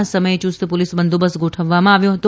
આ સમયે યુસ્ત પોલીસ બંદોબસ્ત ગોઠવવામાં આવ્યો હતો